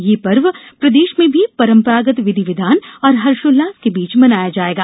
यह पर्व कल प्रदेश में भी परम्परागत विधि विधान और हर्षोल्लास के बीच मनाया जाएगा